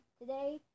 today